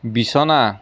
বিছনা